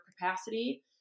capacity